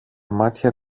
μάτια